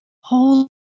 Holy